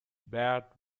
bad